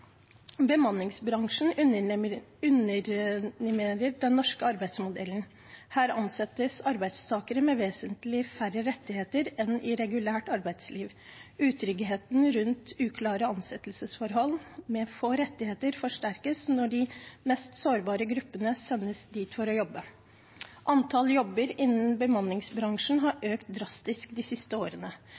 Bemanningsbransjen underminerer den norske arbeidsmodellen. Her ansettes arbeidstakere med vesentlig færre rettigheter enn i regulært arbeidsliv. Utryggheten rundt uklare ansettelsesforhold med få rettigheter forsterkes når de mest sårbare gruppene sendes dit for å jobbe. Antall jobber innen bemanningsbransjen har økt drastisk de siste årene.